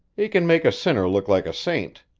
he can make a sinner look like a saint.